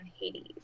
Hades